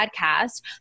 podcast